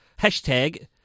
hashtag